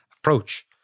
approach